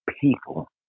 people